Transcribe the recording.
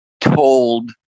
told